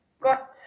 got